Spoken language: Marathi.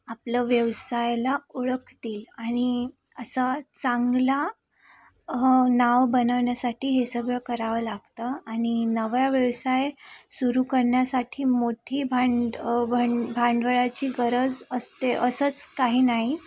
आपलं व्यवसायाला ओळखतील आणि असा चांगला नाव बनवण्यासाठी हे सगळं करावं लागतं आणि नवा व्यवसाय सुरु करण्यासाठी मोठी भांड भंड भांडवलाची गरज असते असंच काही नाही